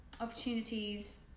opportunities